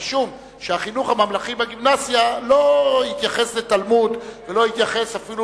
משום שהחינוך הממלכתי בגימנסיה לא התייחס לתלמוד ולא התייחס אפילו